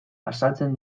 azaltzen